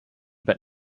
but